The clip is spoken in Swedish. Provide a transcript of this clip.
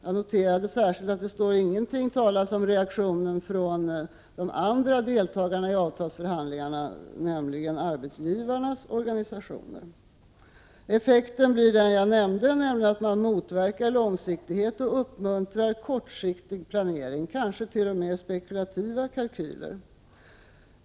Jag noterade särskilt att det inte står någonting talat om reaktionen från de andra deltagarna i avtalsförhandlingarna, nämligen arbetsgivarnas organisationer. Effekten blir den jag nämnde, nämligen att man motverkar långsiktighet och uppmuntrar kortsiktig planering, kanske t.o.m. spekulativa kalkyler.